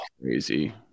crazy